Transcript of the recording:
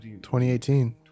2018